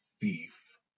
Thief